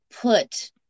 put